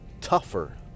tougher